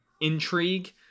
intrigue